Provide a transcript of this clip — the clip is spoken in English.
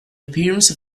appearance